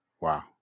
Wow